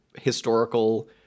historical